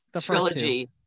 trilogy